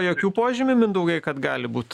jokių požymių mindaugai kad gali būt